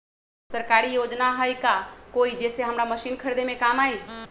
सरकारी योजना हई का कोइ जे से हमरा मशीन खरीदे में काम आई?